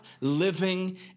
living